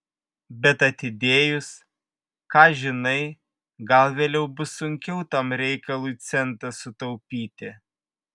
bet atidėjus ką žinai gal vėliau bus sunkiau tam reikalui centą sutaupyti